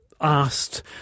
asked